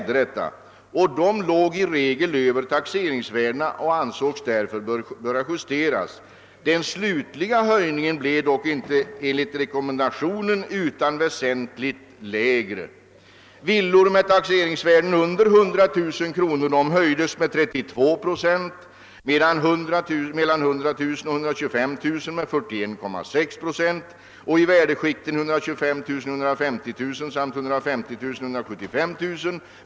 Dessa låg i regel över taxeringsvärdena, varför en justering ansågs påkallad. Den slutliga höjningen blev dock icke den som rekommenderats utan väsentligt lägre. Villor med taxeringsvärden under 100 000 kr. höjdes med 32 procent, villor mellan 100 000 och 125 000 kr. med 41,6 procent och villor i värdeskikten 125 000—150 000 kr. samt 150 000— 175 000 kr.